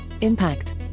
Impact